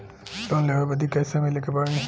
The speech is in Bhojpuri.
लोन लेवे बदी कैसे मिले के पड़ी?